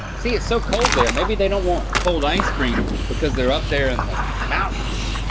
see it's so cold there. maybe they don't want cold ice cream because they're up there in the mountains.